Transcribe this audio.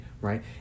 right